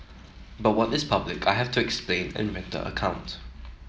but what is public I have to explain and render account